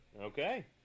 Okay